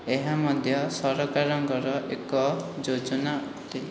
ଏହାମଧ୍ୟ ସରକାରଙ୍କର ଏକ ଯୋଜନା ଅଟେ